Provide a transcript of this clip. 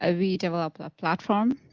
ah we develop a platform.